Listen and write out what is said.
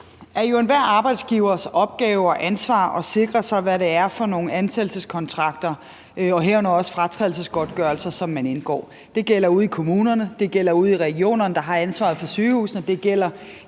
jo enhver arbejdsgivers opgave og ansvar at være sikker på, hvad det er for nogle ansættelseskontrakter, herunder også fratrædelsesgodtgørelser, som man indgår. Det gælder ude i kommunerne, det gælder ude i regionerne, der har ansvaret for sygehusene, og det gælder